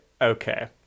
okay